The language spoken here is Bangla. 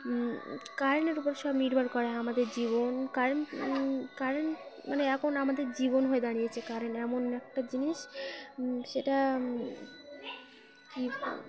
কারেন্টের ও উপর সব নির্ভর করে আমাদের জীবন কারেন্ট কারেন্ট মানে এখন আমাদের জীবন হয়ে দাঁড়িয়েছে কারেন্ট এমন একটা জিনিস সেটা কি